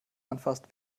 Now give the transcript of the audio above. anfasst